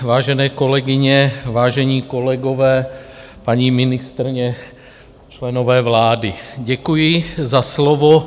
Vážené kolegyně, vážení kolegové, paní ministryně, členové vlády, děkuji za slovo.